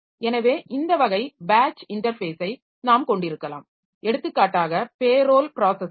எனவே இந்த வகை பேட்ச் இன்டர்ஃபேஸை நாம் கொண்டிருக்கலாம் எடுத்துக்காட்டாக பே ரோல் ப்ராஸஸ்ஸிங்